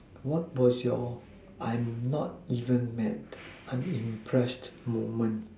what was your I'm not even mad unimpressed moment